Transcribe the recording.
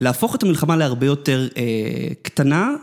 להפוך את המלחמה להרבה יותר קטנה.